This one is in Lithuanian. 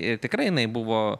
ir tikrai jinai buvo